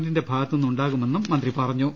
ന്റെ ഭാഗത്തുനിന്ന് ഉണ്ടാകുമെന്ന് മന്ത്രി പറഞ്ഞു